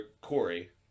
Corey